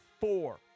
four